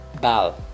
BAL